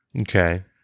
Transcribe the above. Okay